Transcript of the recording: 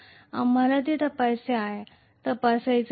आम्हाला ते तपासायचे आहे